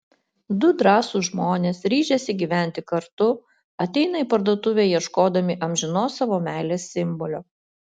du drąsūs žmonės ryžęsi gyventi kartu ateina į parduotuvę ieškodami amžinos savo meilės simbolio